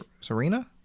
Serena